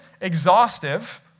exhaustive